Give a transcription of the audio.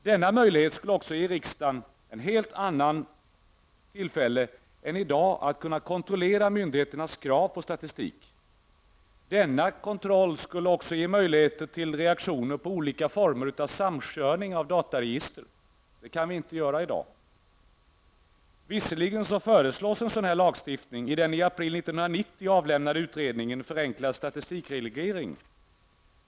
Denna möjlighet skulle ge riksdagen bättre möjligheter än i dag att kontrollera myndigheternas krav på statistik. Denna kontroll skulle också ge möjlighet till reaktioner på olika former av samkörning av dataregister. Det kan vi inte göra i dag. Visserligen föreslogs en sådan här lagstiftning i den i april 1990 avlämnade utredningen Förenklad statistikreglering.